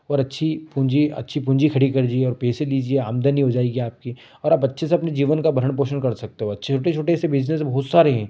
और अच्छी पूँजी अच्छी पूँजी खड़ी कर जिए और पैसे लीजिए आमदनी हो जाएगी आपकी और आप अच्छे से अपने जीवन का भरण पोषण कर सकते हो छोटे छोटे से बिजनेस बहुत सारे हैं